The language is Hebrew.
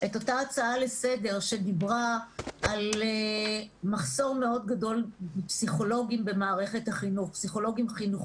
הצעה לסדר שדיברה על מחסור בפסיכולוגים חינוכיים.